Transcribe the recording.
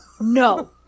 No